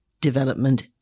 development